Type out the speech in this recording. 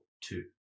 two